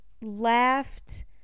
laughed